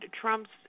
Trump's